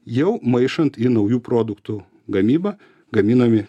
jau maišant į naujų produktų gamybą gaminami